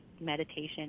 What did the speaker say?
meditation